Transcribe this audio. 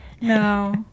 no